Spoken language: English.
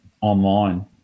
online